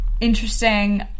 interesting